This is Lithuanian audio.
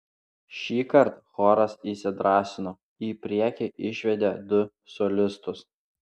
šįkart choras įsidrąsino į priekį išvedė du solistus